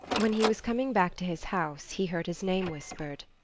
when he was coming back to his house he heard his name whispered.